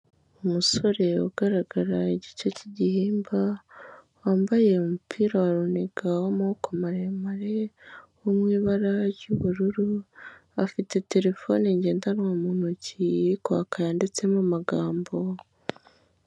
Umusore ugaragara igice cy'igihimba wambaye umupira wa runiga w'amaboko maremare wo mu ibara ry'ubururu, afite terefone ngendanwa mu ntoki iri kwaka yanditsemo amagambo.